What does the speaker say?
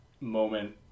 moment